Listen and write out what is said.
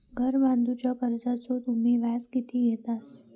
घर बांधूच्या कर्जाचो तुम्ही व्याज किती घेतास?